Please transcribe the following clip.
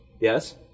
Yes